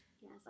Yes